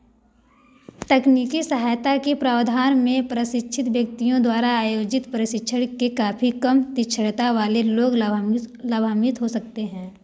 तकनीकी सहायता के प्रावधान में प्रशिक्षित व्यक्तियों द्वारा आयोजित प्रशिक्षण के काफी कम तीक्ष्णता वाले लोग लाभान्वि लाभान्वित हो सकते हैं